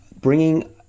bringing